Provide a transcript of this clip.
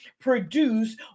produce